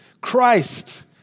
Christ